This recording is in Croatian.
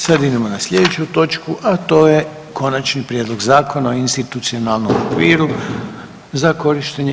Sada idemo na sljedeću točku, a to je: Konačni prijedlog zakona o institucionalnom okviru za korištenje